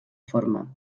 forma